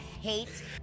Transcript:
hate